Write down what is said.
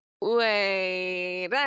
wait